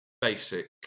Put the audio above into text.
basic